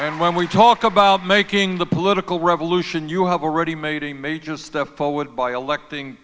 and when we talk about making the political revolution you have already made a major step forward by electing